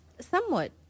Somewhat